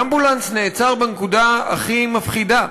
האמבולנס נעצר בנקודה הכי מפחידה,